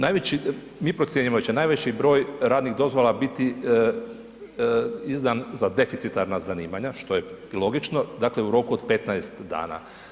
Najveći, mi procjenjujemo da će najveći broj radnih dozvola biti izdan za deficitarna zanimanja što je i logično, dakle u roku od 15 dana.